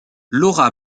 laura